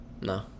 No